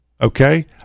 Okay